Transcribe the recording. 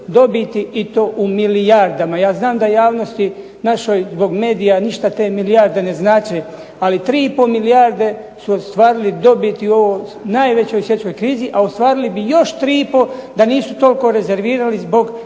dobiti i to u milijardama. Ja znam da javnosti našoj zbog medija ništa te milijarde ne znače, ali 3 i pol milijarde su ostvarili dobiti u ovoj najvećoj svjetskoj krizi, a ostvarili bi još 3 i pol da nisu toliko rezervirali zbog rizičnih